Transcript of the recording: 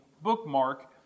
bookmark